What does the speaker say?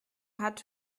hat